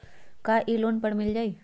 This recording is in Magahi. का इ लोन पर मिल जाइ?